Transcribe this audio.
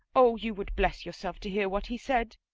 oh, you would bless yourself to hear what he said.